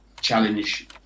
challenge